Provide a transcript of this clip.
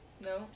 No